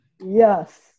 Yes